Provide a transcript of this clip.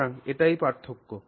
সুতরাং এটাই পার্থক্য